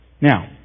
Now